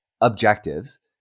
objectives